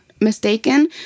mistaken